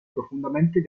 profundamente